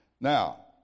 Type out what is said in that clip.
Now